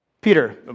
Peter